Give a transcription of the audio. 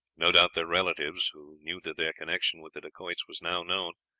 no doubt their relatives, who knew that their connection with the dacoits was now known,